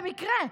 במקרה.